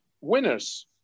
winners